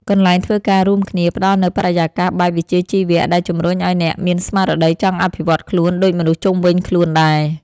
កន្លែងធ្វើការរួមគ្នា ផ្ដល់នូវបរិយាកាសបែបវិជ្ជាជីវៈ ដែលជំរុញឱ្យអ្នកមានស្មារតីចង់អភិវឌ្ឍខ្លួនដូចមនុស្សជុំវិញខ្លួនដែរ។